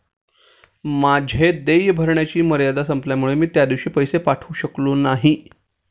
माझे देय भरण्याची मर्यादा संपल्यामुळे मी त्या दिवशी पैसे पाठवू शकले नाही